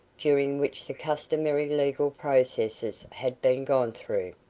during which the customary legal processes had been gone through.